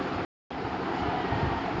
সর্বতম উচ্চ ফলনশীল গমের নাম কি?